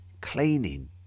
cleaning